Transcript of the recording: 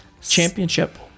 championship